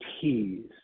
T's